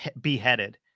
beheaded